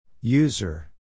User